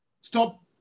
Stop